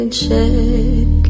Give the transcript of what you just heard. check